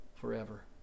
forever